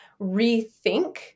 rethink